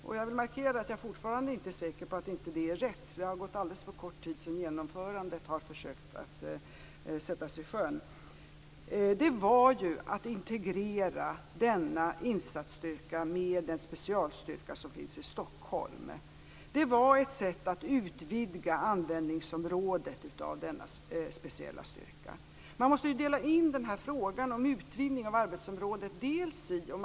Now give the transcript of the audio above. Och jag vill markera att jag fortfarande inte är säker på att det inte är rätt. Det har gått alldeles för kort tid sedan detta sattes i sjön. Det var ett sätt att utvidga användningsområdet för denna speciella styrka. Man måste dela in den här frågan om utvidgning av arbetsområdet i flera delar.